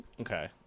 Okay